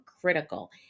critical